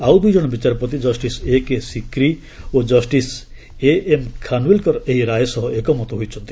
ଆଉ ଦୂଇଜଣ ବିଚାରପତି ଜଷ୍ଟିସ୍ ଏକେ ସିକ୍ରି ଓ ଜଷ୍ଟିସ୍ ଏଏମ୍ ଖାନ୍ୱିଲ୍କର ଏହି ରାୟ ସହ ଏକମତ ହୋଇଛନ୍ତି